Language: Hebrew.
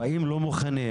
באים לא מוכנים,